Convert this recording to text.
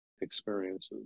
experiences